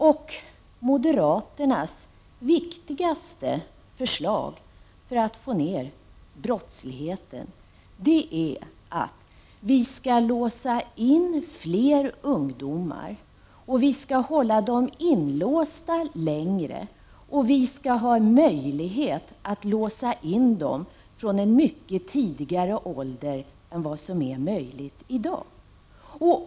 Och moderaternas viktigaste förslag för att få ner brottsligheten är att vi skall låsa in fler ungdomar och hålla dem inlåsta längre, och vi skall ha möjlighet att låsa in dem från en mycket tidigare ålder än vad som är möjligt i dag.